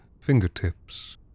fingertips